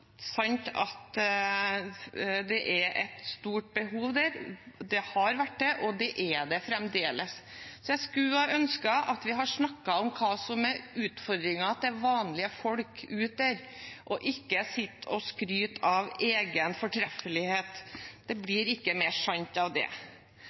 sant at det er et stort behov der – det har det vært, og det er det fremdeles. Jeg skulle ønske at vi hadde snakket om hva som er vanlige folks utfordringer, og ikke hadde stått og skrytt av egen fortreffelighet. Det